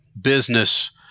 business